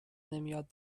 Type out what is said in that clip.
نمیاد